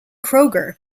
kroger